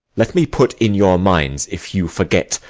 let me put in your minds, if you forget,